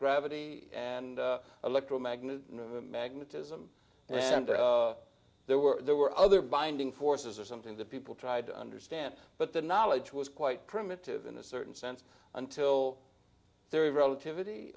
gravity and electromagnetism magnetism and then there were there were other binding forces or something that people tried to understand but the knowledge was quite primitive in a certain sense until there relativity